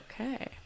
okay